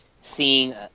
seeing